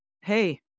Hey